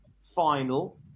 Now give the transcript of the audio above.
final